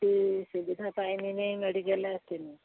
କି ସୁବିଧା ପାଇଲିନି ମେଡିକାଲ ଆସିନି